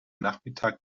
nachmittag